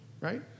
right